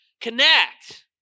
Connect